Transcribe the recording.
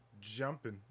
jumping